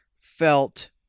felt